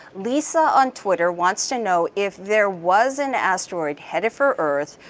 lisa on twitter wants to know, if there was an asteroid headed for earth,